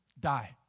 die